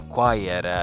Quiet